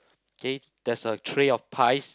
K there's a tray of pies